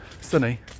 sunny